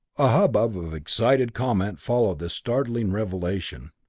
a hubbub of excited comment followed this startling revelation.